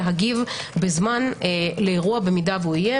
להגיב בזמן לאירוע אם יהיה,